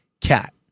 cat